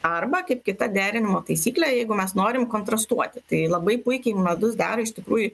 arba kaip kita derinimo taisyklė jeigu mes norim kontrastuoti tai labai puikiai medus dera iš tikrųjų